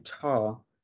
tall